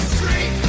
Street